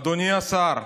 אדוני השר,